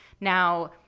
Now